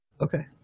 Okay